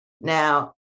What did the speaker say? Now